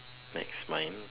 next mine